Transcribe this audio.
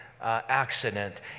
accident